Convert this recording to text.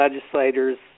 legislators